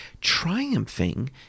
triumphing